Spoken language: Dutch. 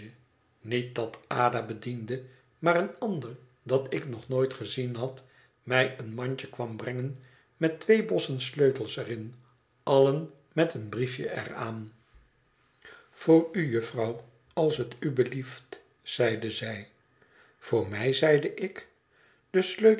niet dat ada bediende maar een ander dat ik nog nooit gezien had mij een mandje kwam brengen met twee bossen sleutels er in allen met een briefje er aan voor u jufvrouw als het u belieft zeide zij voor mij zeide ik